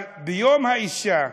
אבל ביום האישה,